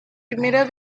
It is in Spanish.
primero